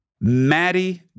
Maddie